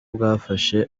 bwafashe